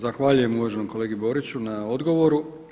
Zahvaljujem uvaženom kolegi Boriću na odgovoru.